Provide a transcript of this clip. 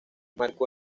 marcó